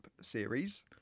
series